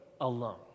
alone